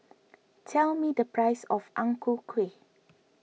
tell me the price of Ang Ku Kueh